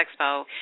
expo